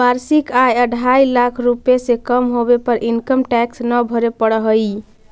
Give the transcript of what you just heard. वार्षिक आय अढ़ाई लाख रुपए से कम होवे पर इनकम टैक्स न भरे पड़ऽ हई